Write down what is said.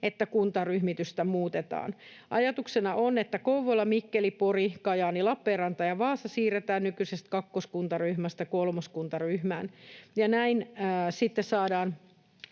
että kuntaryhmitystä muutetaan. Ajatuksena on, että Kouvola, Mikkeli, Pori, Kajaani, Lappeenranta ja Vaasa siirretään nykyisestä kakkoskuntaryhmästä kolmoskuntaryhmään. Näin sitten saadaan